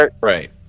Right